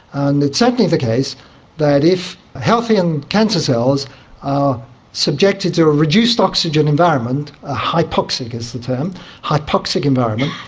and it's certainly the case that if healthy and cancer cells are subjected to a reduced oxygen environment, ah hypoxic is the term, a hypoxic environment,